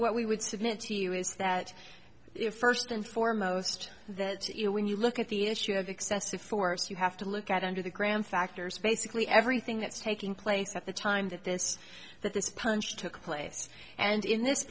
what we would submit to you is that if first and foremost that you when you look at the issue of excessive force you have to look at under the gram factors basically everything that's taking place at the time that this that this punch took place and in this